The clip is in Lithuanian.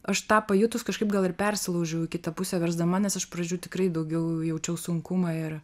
aš tą pajutus kažkaip gal ir persilaužiau į kitą pusę versdama nes iš pradžių tikrai daugiau jaučiau sunkumą ir